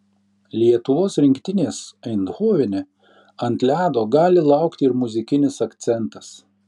lietuvos rinktinės eindhovene ant ledo gali laukti ir muzikinis akcentas